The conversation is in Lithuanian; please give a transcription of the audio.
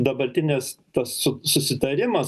dabartinės tas su susitarimas